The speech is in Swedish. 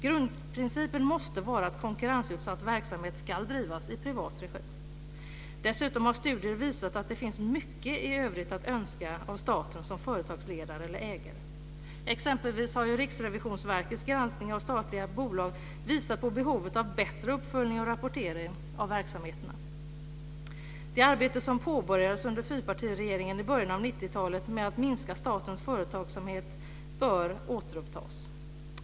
Grundprincipen måste vara att konkurrensutsatt verksamhet ska drivas i privat regi. Dessutom har studier visat att det finns mycket övrigt att önska av staten som företagsledare eller företagsägare. Exempelvis har Riksrevisionsverkets granskningar av statliga bolag visat på behovet av bättre uppföljning och rapportering av verksamheterna. Det arbete som påbörjades under fyrpartiregeringen i början av 90-talet med att minska statens företagsägande bör återupptas.